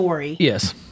Yes